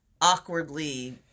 awkwardly